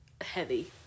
heavy